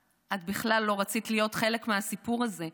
את בכלל לא רצית להיות חלק מהסיפור הזה,